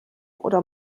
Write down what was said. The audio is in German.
oder